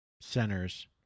centers